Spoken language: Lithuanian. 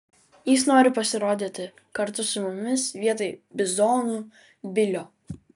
jis nori pasirodyti kartu su mumis vietoj bizonų bilio